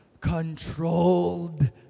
controlled